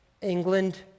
England